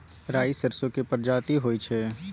राई सरसो केर परजाती होई छै